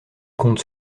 compte